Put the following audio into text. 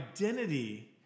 identity